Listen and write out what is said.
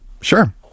sure